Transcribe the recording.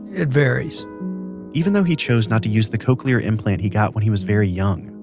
it varies even though he chose not to use the cochlear implant he got when he was very young,